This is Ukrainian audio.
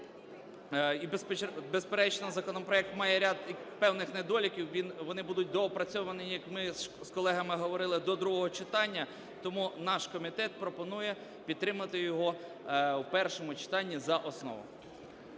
Безперечно, законопроект має ряд певних недоліків. Вони будуть доопрацьовані, як ми з колегами говорили, до другого читання. Тому наш комітет пропонує підтримати його в першому читанні за основу.